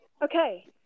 Okay